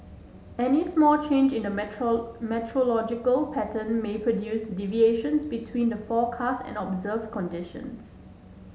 any small change in the meteor meteorological pattern may produce deviations between the forecast and observed conditions